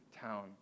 town